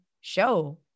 show